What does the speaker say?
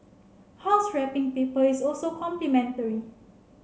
house wrapping paper is also complimentary